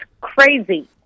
crazy